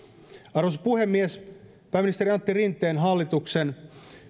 arvoisa puhemies pääministeri antti rinteen hallituksen